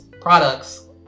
products